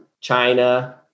China